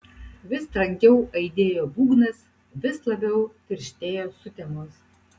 vis trankiau aidėjo būgnas vis labiau tirštėjo sutemos